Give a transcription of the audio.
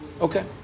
Okay